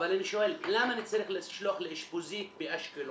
אבל אני שואל למה אני צריך לשלוח לאשפוזית באשקלון,